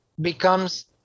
becomes